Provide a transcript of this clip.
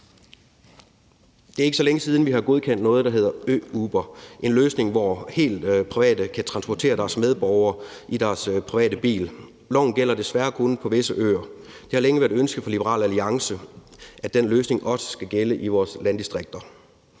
Det er ikke så længe siden, vi har godkendt noget, der hedder Ø-Uber. Det er en løsning, hvor helt private kan transportere deres medborgere i deres private bil. Loven gælder desværre kun på visse øer. Det har længe været et ønske fra Liberal Alliances side, at den løsning også skal gælde i vores landdistrikter.